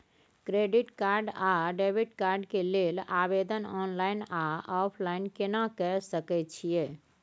Credit card आ debit card के लेल आवेदन ऑनलाइन आ ऑफलाइन केना के सकय छियै?